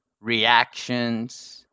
reactions